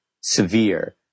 severe